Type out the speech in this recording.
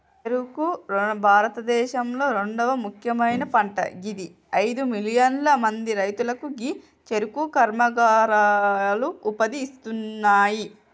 చెఱుకు భారతదేశంలొ రెండవ ముఖ్యమైన పంట గిది అయిదు మిలియన్ల మంది రైతులకు గీ చెఱుకు కర్మాగారాలు ఉపాధి ఇస్తున్నాయి